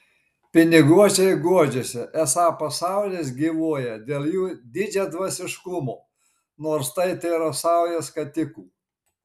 piniguočiai guodžiasi esą pasaulis gyvuoja dėl jų didžiadvasiškumo nors tai tėra sauja skatikų